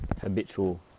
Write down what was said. habitual